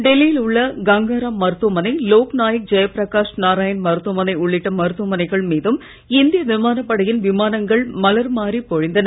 டெல்லியில் உள்ள கங்காராம் மருத்துவமனை லோக்நாயக் ஜெய பிரகாஷ் நாராயண் மருத்துவமனை உள்ளிட்ட மருத்துவமனைகள் மீதும் இந்திய விமானப்படையின் விமானங்கள் மலர் மாரி பொழிந்தன